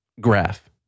graph